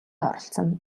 оролцоно